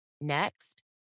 Next